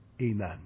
Amen